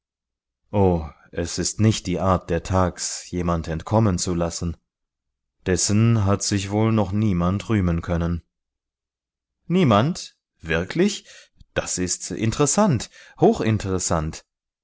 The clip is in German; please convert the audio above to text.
o es ist nicht die art der thags jemand entkommen zu lassen dessen hat sich wohl noch niemand rühmen können niemand wirklich das ist interessant hochinteressant